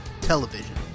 television